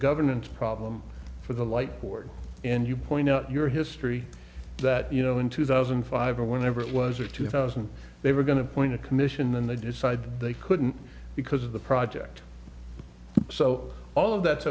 governance problem for the light board and you point out your history that you know in two thousand and five whenever it was or two thousand they were going to appoint a commission then they decide they couldn't because of the project so all of that's